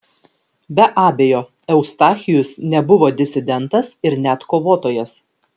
be abejo eustachijus nebuvo disidentas ir net kovotojas